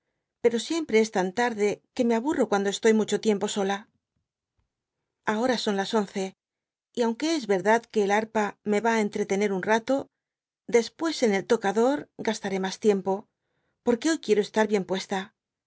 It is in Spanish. pero siempre es tan tarde que me aburro cuando estoy mucho tiempo sola ahora son las once y aunque es verdad que el harpa me va á entretener un rato después en el tocador gastaré mas tiempo por que hpy quiero estar bien puesta